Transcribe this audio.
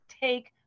take